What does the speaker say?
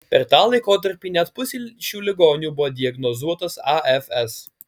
per tą laikotarpį net pusei šių ligonių buvo diagnozuotas afs